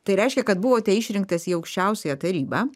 tai reiškia kad buvote išrinktas į aukščiausiąją tarybą